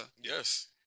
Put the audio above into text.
Yes